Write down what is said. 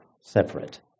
separate